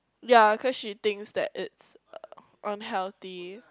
yeah cause she thinks that it's uh unhealthy